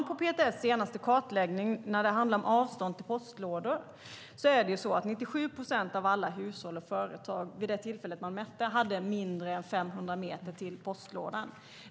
PTS senaste kartläggning av avstånd till postlådor visar att 97 procent av alla hushåll och företag vid mättillfället hade mindre än 500 meter till postlådan.